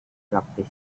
praktis